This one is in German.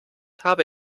habe